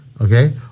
okay